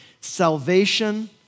Salvation